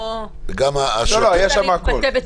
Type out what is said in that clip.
אני לא רוצה להתבטא בצורה קיצונית --- היה שם הכול.